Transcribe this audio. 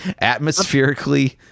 Atmospherically